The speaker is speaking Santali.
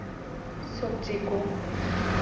ᱥᱚᱵᱽᱡᱤ ᱠᱚ